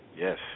Yes